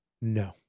No